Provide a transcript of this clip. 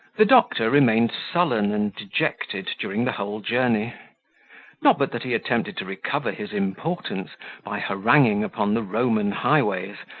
the doctor remained sullen and dejected during the whole journey not but that he attempted to recover his importance by haranguing upon the roman highways,